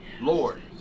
Lord